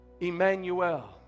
Emmanuel